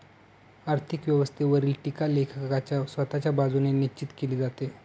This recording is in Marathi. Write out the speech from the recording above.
आर्थिक व्यवस्थेवरील टीका लेखकाच्या स्वतःच्या बाजूने निश्चित केली जाते